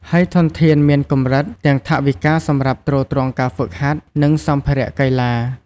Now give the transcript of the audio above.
ហើយធនធានមានកម្រិត ទាំងថវិកាសម្រាប់ទ្រទ្រង់ការហ្វឹកហាត់ និងសម្ភារៈកីឡា។